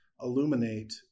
illuminate